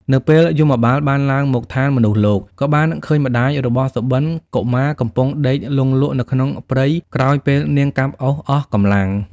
នៅពេលយមបាលបានឡើងមកឋានមនុស្សលោក ក៏បានឃើញម្តាយរបស់សុបិន្តកុមារកំពុងដេកលង់លក់នៅក្នុងព្រៃក្រោយពេលនាងកាប់អុសអស់កម្លាំង។